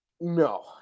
No